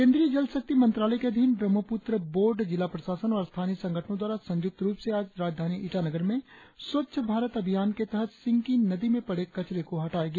केंद्रीय जल शक्ति मंत्रालय के अधीन ब्रह्मपुत्र बोर्ड जिला प्रशासन और स्थानीय संगठनों द्वारा संयुक्त रुप से आज राजधानी ईटानगर में स्वच्छ भारत अभियान के तहत सिंकि नदी में पड़े कचरे को हटाया गया